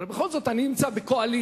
הרי בכל זאת, אני נמצא בקואליציה,